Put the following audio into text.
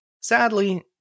Sadly